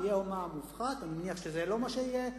ויהיה מע"מ מופחת אני מניח שזה לא מה שיהיה,